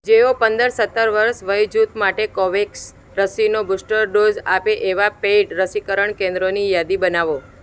જેઓ પંદર સત્તર વર્ષ વયજૂથ માટે કોવેક્સ રસીનો બુસ્ટર ડોઝ આપે એવાં પેઈડ રસીકરણ કેન્દ્રોની યાદી બનાવો